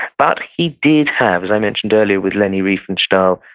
but he did have, as i mentioned earlier with leni riefenstahl,